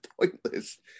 pointless